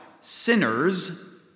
Sinners